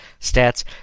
stats